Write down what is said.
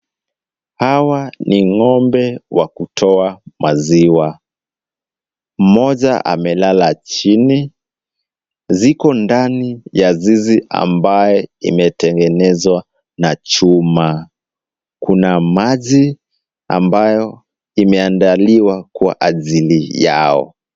Hawa ni ng'ombe wa kutoa maziwa. Mmoja amelala chini. Ziko ndani ya zizi ambayo imetengenezwa na chuma. Kuna maji amayo imeandaliwa kwa ajili yao.